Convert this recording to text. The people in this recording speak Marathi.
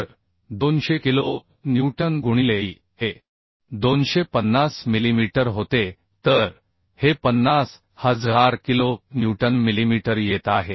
तर 200 किलो न्यूटन गुणिले E हे 250 मिलीमीटर होते तर हे 50000 किलो न्यूटन मिलीमीटर येत आहे